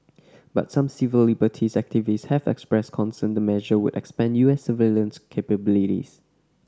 but some civil liberties activists have expressed concern the measure would expand U S surveillance capabilities